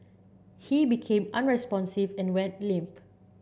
he became unresponsive and went limp